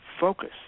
focus